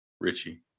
Richie